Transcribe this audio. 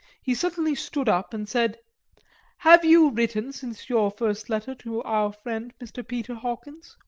he suddenly stood up and said have you written since your first letter to our friend mr. peter hawkins,